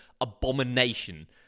abomination